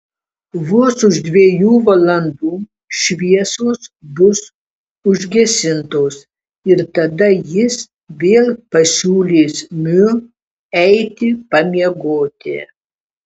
vos už dviejų valandų šviesos bus užgesintos ir tada jis vėl pasiūlys miu eiti pamiegoti